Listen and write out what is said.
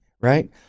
right